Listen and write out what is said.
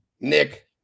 Nick